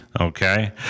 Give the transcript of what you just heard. Okay